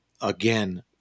again